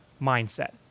mindset